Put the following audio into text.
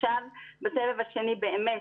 עכשיו בסבב השני באמת.